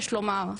יש לומר,